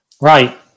Right